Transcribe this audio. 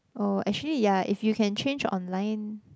oh actually yeah if you can change online